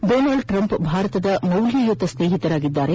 Donald Trump ಭಾರತದ ಮೌಲ್ದಯುತ ಸ್ನೇಹಿತನಾಗಿದ್ದು